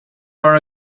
are